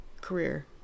career